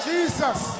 Jesus